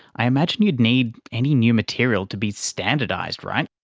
i imagine you'd need any new material to be standardised, right?